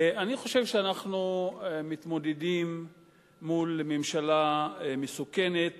אני חושב שאנחנו מתמודדים מול ממשלה מסוכנת